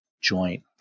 joint